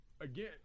again